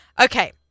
Okay